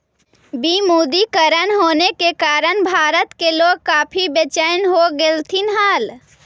विमुद्रीकरण होने के कारण भारत के लोग काफी बेचेन हो गेलथिन हल